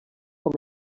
com